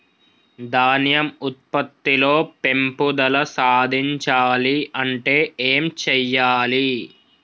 ధాన్యం ఉత్పత్తి లో పెంపుదల సాధించాలి అంటే ఏం చెయ్యాలి?